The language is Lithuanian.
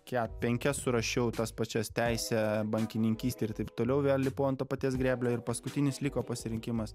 ket penkias surašiau tas pačias teisę bankininkystę ir taip toliau vėl lipo ant to paties grėblio ir paskutinis liko pasirinkimas